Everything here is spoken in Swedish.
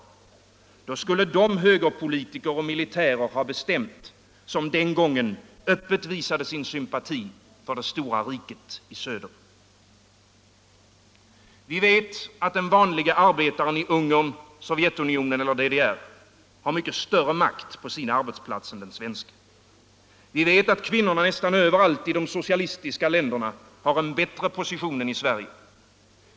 Då skulle de högerpolitiker och militärer ha bestämt, som den gången öppet visade sin sympati för det stora riket i söder. Vi vet att den vanlige arbetaren i Ungern, Sovjetunionen eller DDR har mycket större makt på sin arbetsplats än den svenske. Vi vet att kvinnorna nästan överallt i de socialistiska länderna har en bättre position än i Sverige.